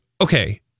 okay